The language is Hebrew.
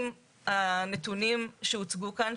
עם הנתונים שהוצגו כאן,